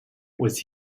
was